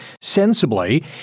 Sensibly